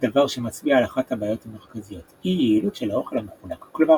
דבר שמצביע על אחת הבעיות המרכזיות - אי יעילות של האוכל המחולק כלומר